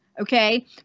Okay